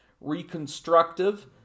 reconstructive